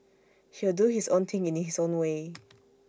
he'll do his own thing in his own way